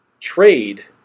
trade